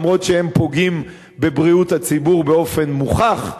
למרות שהם פוגעים בבריאות הציבור באופן מוכח,